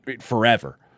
forever